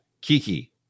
kiki